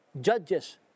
judges